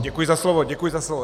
Děkuji za slovo, děkuji za slovo.